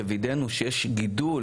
שווידאנו שיש גידול,